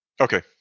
Okay